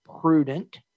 prudent